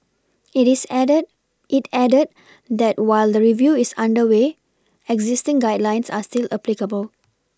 it is added it added that while the review is under way existing guidelines are still applicable